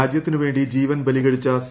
രാജ്യത്തിനുവേണ്ടി ജീവൻ ബലികഴിച്ച സി